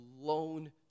alone